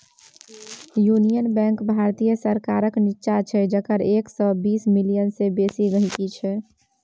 union Bank भारतीय सरकारक निच्चां छै जकर एक सय बीस मिलियन सय बेसी गांहिकी छै